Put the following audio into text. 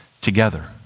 together